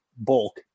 Bulk